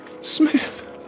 Smith